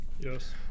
yes